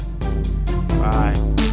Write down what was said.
Bye